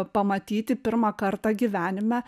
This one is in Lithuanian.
pamatyti pirmą kartą gyvenime